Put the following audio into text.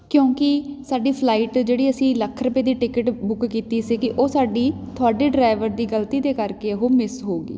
ਕਿਉਂਕਿ ਸਾਡੀ ਫਲਾਈਟ ਜਿਹੜੀ ਅਸੀਂ ਲੱਖ ਰੁਪਏ ਦੀ ਟਿਕਟ ਬੁੱਕ ਕੀਤੀ ਸੀਗੀ ਉਹ ਸਾਡੀ ਤੁਹਾਡੇ ਡਰਾਈਵਰ ਦੀ ਗਲਤੀ ਦੇ ਕਰਕੇ ਉਹ ਮਿਸ ਹੋ ਗਈ